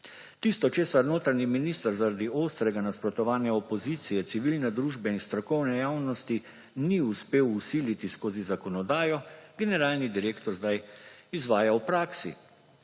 Tisto, česar notranji minister zaradi ostrega nasprotovanja opozicije, civilne družbe in strokovne javnosti ni uspel vsiliti skozi zakonodajo, generalni direktor zdaj izvaja v praksi.